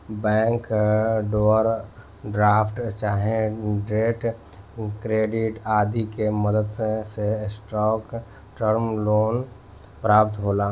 bank overdraft चाहे trade credit आदि के मदद से शॉर्ट टर्म लोन प्राप्त होला